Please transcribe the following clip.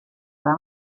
del